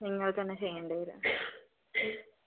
നിങ്ങൾ തന്നെ ചെയ്യേണ്ടി വരും